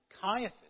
Caiaphas